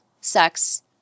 sex